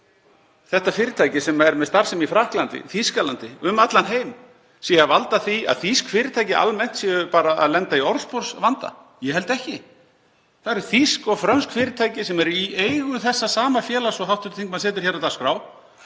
þetta fyrirtæki sem er með starfsemi í Frakklandi, Þýskalandi, um allan heim, sé að valda því að þýsk fyrirtæki almennt séu bara að lenda í orðsporsvanda? Ég held ekki. Það eru þýsk og frönsk fyrirtæki sem er í eigu þessa sama félags og hv. þingmaður setur hér á dagskrá,